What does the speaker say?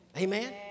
Amen